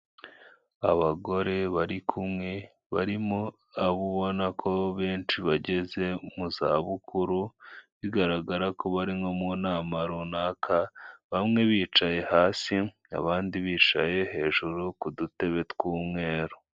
Abagore bari kumwe, barimo abo ubona ko benshi bageze mu za bukuru, bigaragara ko bari nko mu nama runaka, bamwe bicaye hasi, abandi bicaye hejuru, ku dutebe tw'umweru.